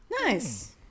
Nice